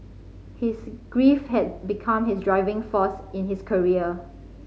his grief had become his driving force in his career